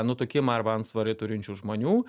nutukimą arba antsvorį turinčių žmonių